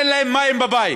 אין להן מים בבית,